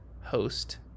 host